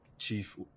Chief